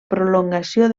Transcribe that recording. prolongació